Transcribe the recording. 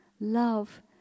Love